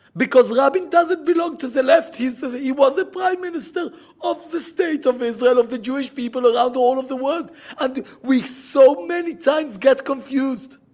because rabin doesn't belong to the left. he so he was the prime minister of the state of israel of the jewish people ah ah around all of the world and we so many times get confused.